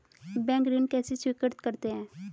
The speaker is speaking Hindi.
बैंक ऋण कैसे स्वीकृत करते हैं?